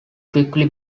quickly